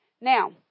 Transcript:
now